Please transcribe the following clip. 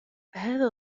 هذا